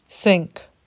Sink